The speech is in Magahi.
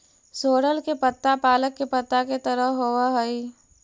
सोरल के पत्ता पालक के पत्ता के तरह होवऽ हई